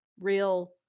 real